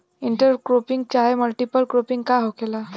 Inter cropping चाहे multiple cropping का होखेला?